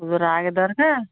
পুজোর আগে দরকার